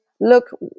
look